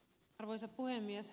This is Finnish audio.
arvoisa puhemies